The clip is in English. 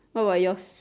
how about yours